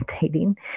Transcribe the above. dating